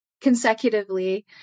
consecutively